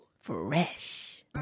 Fresh